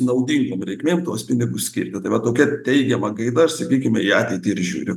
naudingom reikmėm tuos pinigus skirti tai va tokia teigiama gaida aš sakykime į ateitįir žiūriu